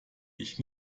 ich